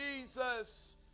Jesus